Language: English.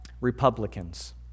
Republicans